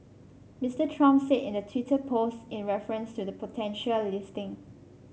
Mister Trump said in the Twitter post in reference to the potential listing